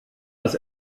das